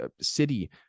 city